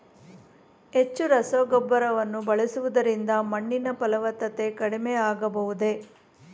ಹೆಚ್ಚು ರಸಗೊಬ್ಬರವನ್ನು ಬಳಸುವುದರಿಂದ ಮಣ್ಣಿನ ಫಲವತ್ತತೆ ಕಡಿಮೆ ಆಗಬಹುದೇ?